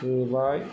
होबाय